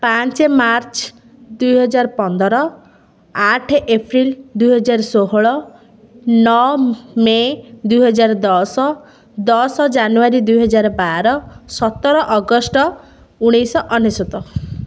ପାଞ୍ଚ ମାର୍ଚ୍ଚ ଦୁଇ ହଜାର ପନ୍ଦର ଆଠ ଏପ୍ରିଲ ଦୁଇ ହଜାର ଷୋହଳ ନଅ ମେ ଦୁଇ ହଜାର ଦଶ ଦଶ ଜାନୁଆରୀ ଦୁଇ ହଜାର ବାର ସତର ଅଗଷ୍ଟ ଉଣେଇଶ ଅନେଶୋତ